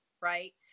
right